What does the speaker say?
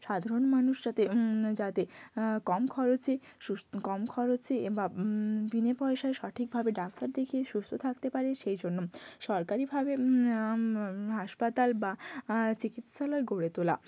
সাধারণ মানুষ যাতে যাতে কম খরচে কম খরচে বা বিনে পয়সায় সঠিকভাবে ডাক্তার দেখিয়ে সুস্থ থাকতে পারে সেই জন্য সরকারিভাবে হাসপাতাল বা চিকিৎসালয় গড়ে তোলা